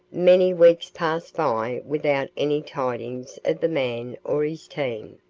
many weeks passed by without any tidings of the man or his team,